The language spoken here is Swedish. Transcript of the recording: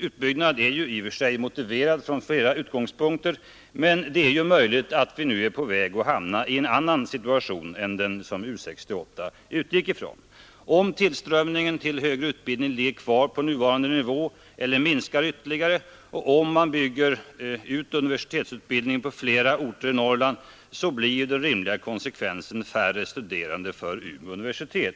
utbyggnad är i och för sig motiverad från flera utgångspunkter, men det är ju möjligt att vi där är på väg att hamna i en annan situation än den som U 68 utgick ifrån. Om tillströmningen till högre utbildning ligger kvar på nuvarande nivå eller minskar ytterligare och om man bygger ut universitetsutbildningen på flera orter i Norrland, blir den rimliga konsekvensen färre studerande för Umeå universitet.